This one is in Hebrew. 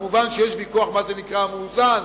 מובן שיש ויכוח מה זה נקרא "מאוזן",